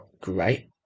great